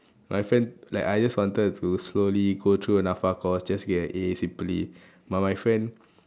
my friend like I just wanted to slowly go through the Napfa course just get a A simply but my friend